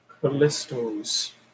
Callisto's